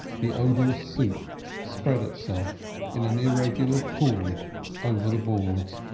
the odorous soup spread itself in an irregular pool over the boards,